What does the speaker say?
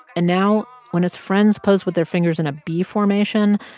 and now when his friends posed with their fingers in a b formation,